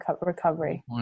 recovery